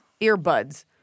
Earbuds